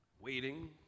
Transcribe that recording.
Waiting